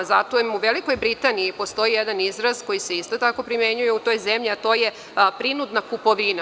Zatim u Velikoj Britaniji postoji jedan izraz koji se isto tako primenjuje u toj zemlji a to je prinudna kupovina.